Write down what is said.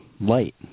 light